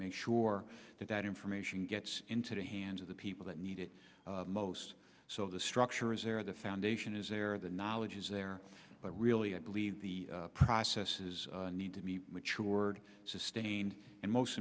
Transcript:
make sure that that information gets into the hands of the people that need it most so the structure is there the foundation is there the knowledge is there but really i believe the process is need to be mature sustained and most